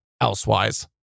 elsewise